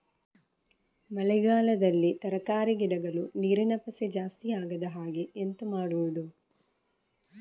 ಮಳೆಗಾಲದಲ್ಲಿ ತರಕಾರಿ ಗಿಡಗಳು ನೀರಿನ ಪಸೆ ಜಾಸ್ತಿ ಆಗದಹಾಗೆ ಎಂತ ಮಾಡುದು?